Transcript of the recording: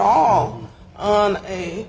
all on a